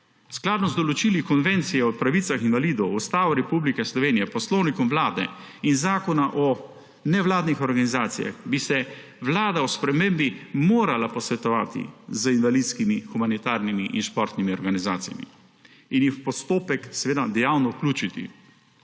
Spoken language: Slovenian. Skladno z določili Konvencije o pravicah invalidov, Ustavo Republike Slovenije, Poslovnikom Vlade Republike Slovenije in Zakonom o nevladnih organizacijah bi se Vlada o spremembi morala posvetovati z invalidskimi, humanitarnimi in športnimi organizacijami in jih v postopek dejavno vključiti.